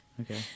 Okay